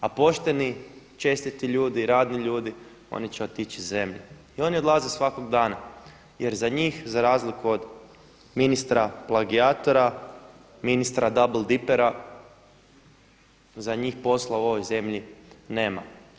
A pošteni, čestiti ljudi, radni ljudi oni će otići iz zemlje i oni odlaze svakog dana jer za njih za razliku od ministra plagijatora, ministra double dipera za njih posla u ovoj zemlji nema.